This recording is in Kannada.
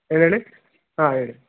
ಏನೇಳಿ ಹಾಂ ಹೇಳಿ